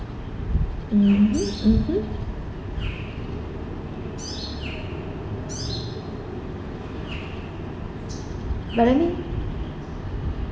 mmhmm mmhmm but I mean